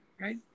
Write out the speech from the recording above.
right